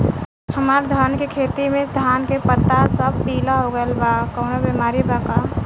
हमर धान के खेती में धान के पता सब पीला हो गेल बा कवनों बिमारी बा का?